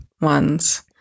ones